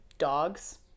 Dogs